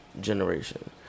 generation